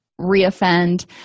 reoffend